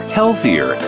healthier